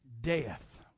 death